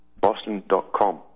boston.com